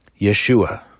Yeshua